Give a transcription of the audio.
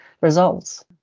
results